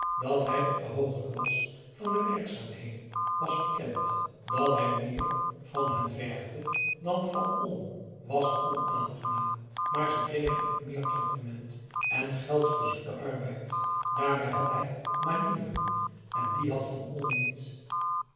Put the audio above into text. dat hij op de hoogte was van de werkzaamheden was bekend dat hij meer van hen vergde dan van olm was onaangenaam maar ze kregen ook meer tractement en geld verzoet den arbeid daarbij had hij manieren p a daum hoe hij raad van indië werd onder ps maurits en die had van olm niet